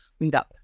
Meetup